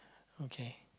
okay